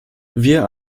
wir